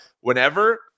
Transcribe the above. Whenever